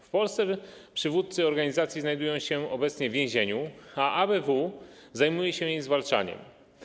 W Polsce przywódcy organizacji znajdują się obecnie w więzieniu, a ABW zajmuje się jej zwalczaniem.